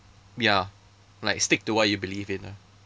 ya like stick to what you believe in ah